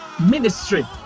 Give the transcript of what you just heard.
ministry